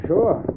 Sure